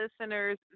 listeners